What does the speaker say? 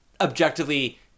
Objectively